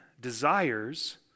desires